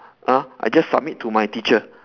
ah I just submit to my teacher